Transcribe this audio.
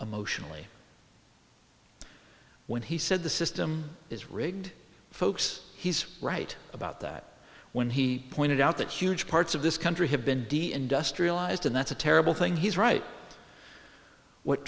emotionally when he said the system is rigged folks he's right about that when he pointed out that huge parts of this country have been de industrialized and that's a terrible thing he's right what